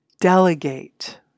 delegate